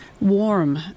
warm